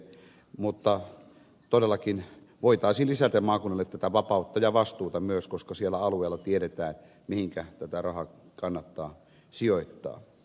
mutta todellakin voitaisiin lisätä maakunnalle tätä vapautta ja vastuuta myös koska siellä alueella tiedetään mihinkä tätä rahaa kannattaa sijoittaa